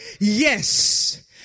yes